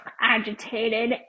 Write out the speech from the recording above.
agitated